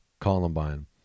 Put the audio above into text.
Columbine